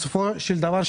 בסופו של דבר,